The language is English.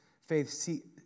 faith